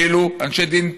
כאילו אנשי דין,